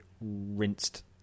rinsed